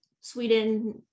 Sweden